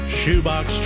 shoebox